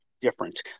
different